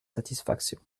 satisfaction